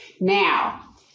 Now